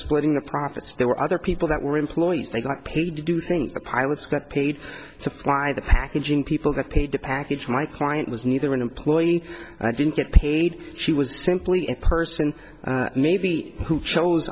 splitting the profits there were other people that were employees they got paid to do things the pilots got paid to fly the packaging people get paid to package my client was neither an employee i didn't get paid she was simply a person maybe who chose